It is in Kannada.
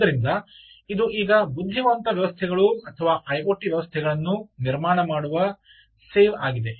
ಆದ್ದರಿಂದ ಇದು ಈಗ ಬುದ್ಧಿವಂತ ವ್ಯವಸ್ಥೆಗಳು ಅಥವಾ ಐಒಟಿ ವ್ಯವಸ್ಥೆಗಳನ್ನು ನಿರ್ಮಾಣ ಮಾಡುವ ಸೇವ್ ಆಗಿದೆ